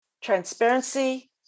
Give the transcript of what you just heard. transparency